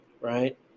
right